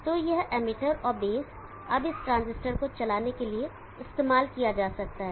तो यह एमिटर और बेस अब इस ट्रांजिस्टर को चलाने के लिए इस्तेमाल किया जा सकता है